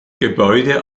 gebäude